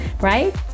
right